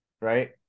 right